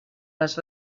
les